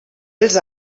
els